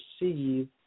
receive